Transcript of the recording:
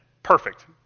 Perfect